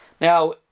Now